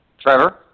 Trevor